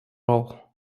all